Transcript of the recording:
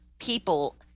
people